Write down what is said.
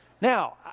Now